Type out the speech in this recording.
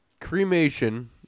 Cremation